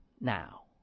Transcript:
now